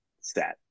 set